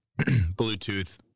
bluetooth